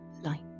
light